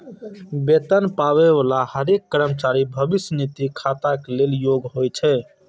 वेतन पाबै बला हरेक कर्मचारी भविष्य निधि खाताक लेल योग्य होइ छै